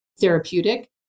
therapeutic